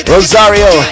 Rosario